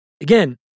Again